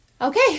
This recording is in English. Okay